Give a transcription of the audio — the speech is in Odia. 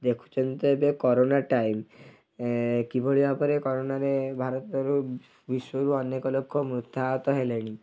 ଦେଖୁଛନ୍ତି ତ ଏବେ କରୋନା ଟାଇମ୍ କିଭଳି ଭାବରେ କୋରୋନାରେ ଭାରତରୁ ବିଶ୍ୱରୁ ଅନେକ ଲୋକ ମୃତାହତ ହେଲେଣି